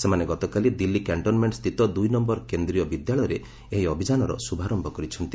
ସେମାନେ ଗତକାଲି ଦିଲ୍ଲୀ କ୍ୟାକ୍ଷନ୍ମେଣ୍ଟ ସ୍ଥିତ ଦୁଇ ନୟର କେନ୍ଦ୍ରୀୟ ବିଦ୍ୟାଳୟରେ ଏହି ଅଭିଯାନର ଶୁଭାରମ୍ଭ କରିଛନ୍ତି